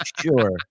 Sure